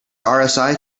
rsi